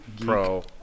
pro